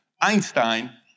Einstein